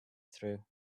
through